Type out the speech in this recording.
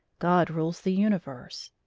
god rules the universe.